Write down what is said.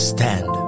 Stand